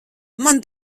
man